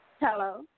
Hello